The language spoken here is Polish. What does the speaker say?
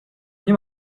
nie